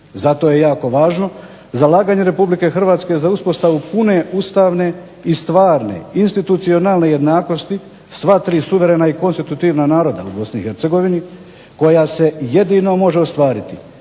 Zato je jako važno zalaganje RH za uspostavu pune ustavne i stvarne institucionalne jednakosti sva tri suverena i konstitutivna naroda u BiH koja se jedino može ostvariti